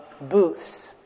Booths